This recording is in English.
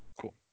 Cool